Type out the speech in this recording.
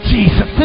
Jesus